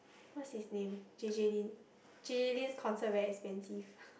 what's his name J-J_Lin J-J_Lin's concert very expensive